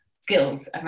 skills